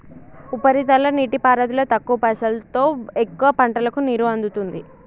ఉపరితల నీటిపారుదల తక్కువ పైసలోతో ఎక్కువ పంటలకు నీరు అందుతుంది